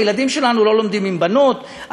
הילדים שלנו לא לומדים עם בנות,